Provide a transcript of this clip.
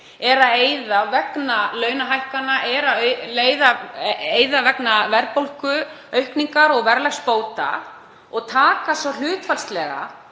aukalega vegna launahækkana, vegna verðbólguaukningar og verðlagsbóta og taka svo hlutfallslega